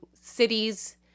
cities